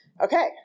okay